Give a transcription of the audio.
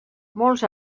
molts